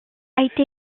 été